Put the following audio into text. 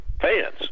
fans